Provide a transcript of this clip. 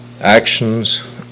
actions